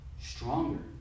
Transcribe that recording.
stronger